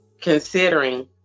considering